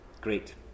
great